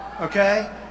Okay